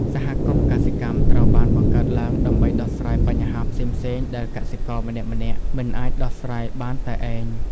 សហគមន៍កសិកម្មត្រូវបានបង្កើតឡើងដើម្បីដោះស្រាយបញ្ហាផ្សេងៗដែលកសិករម្នាក់ៗមិនអាចដោះស្រាយបានតែឯង។